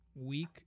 week